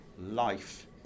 life